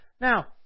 Now